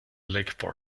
lake